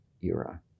era